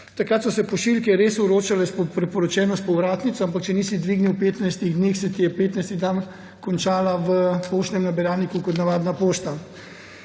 Takrat so se pošiljke res vročale priporočeno s povratnico, ampak če nisi dvignil v 15 dneh, ti je 15. dan končala v poštnem nabiralniku kot navadna pošta.